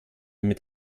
mit